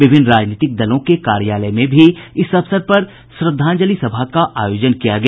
विभिन्न राजनीतिक दलों के कार्यालय में भी इस अवसर पर श्रद्धांजलि सभा का आयोजन किया गया